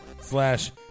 slash